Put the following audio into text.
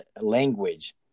language